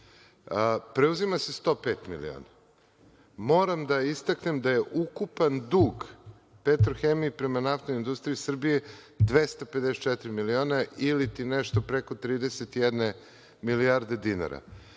Preuzima se 105 miliona. Moram da istaknem da je ukupan dug „Petrohemije“ prema NIS 254 miliona ili ti nešto preko 31 milijarde dinara.